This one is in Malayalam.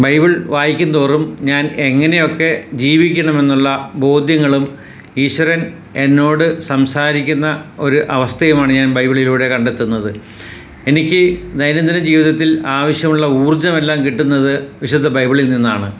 ബൈബിൾ വായിക്കും തോറും ഞാൻ എങ്ങനെയൊക്കെ ജീവിക്കണം എന്നുള്ള ബോധ്യങ്ങളും ഈശ്വരൻ എന്നോട് സംസാരിക്കുന്ന ഒരു അവസ്ഥയുമാണ് ഞാൻ ബൈബിളിലൂടെ കണ്ടെത്തുന്നത് എനിക്ക് ദൈനംദിന ജീവിതത്തിൽ ആവശ്യമുള്ള ഊർജ്ജമെല്ലാം കിട്ടുന്നത് വിശുദ്ധ ബൈബിളിൽ നിന്നാണ്